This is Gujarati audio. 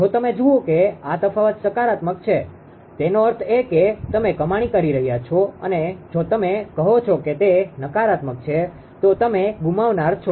જો તમે જુઓ કે આ તફાવત સકારાત્મક છે તેનો અર્થ એ કે તમે કમાણી કરી રહ્યાં છો અને જો તમે કહો છો કે તે નકારાત્મક છે તો તમે ગુમાવનાર છો